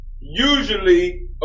Usually